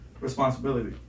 responsibility